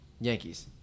Yankees